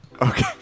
Okay